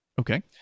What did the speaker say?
Okay